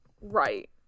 right